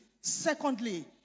Secondly